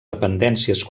dependències